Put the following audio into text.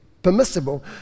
permissible